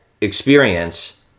experience